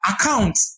Account